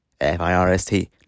F-I-R-S-T